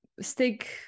stick